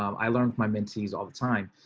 um i learned my mentees all the time.